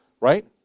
Right